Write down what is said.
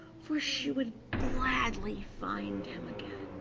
for she would gladly find him again.